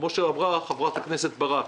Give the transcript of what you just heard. כמו שאמרה חברת הכנסת ברק.